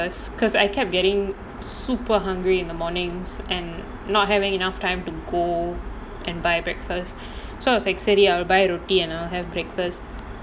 first because I kept getting super hungry in the mornings and not having enough time to go and buy breakfast so I was like I will buy roti and I will have breakfast